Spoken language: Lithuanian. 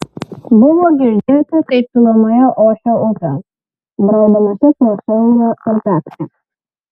buvo girdėti kaip tolumoje ošia upė braudamasi pro siaurą tarpeklį